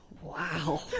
Wow